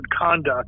conduct